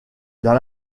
dans